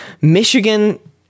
Michigan